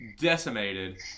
decimated